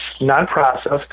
non-processed